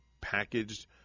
packaged